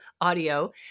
audio